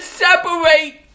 separate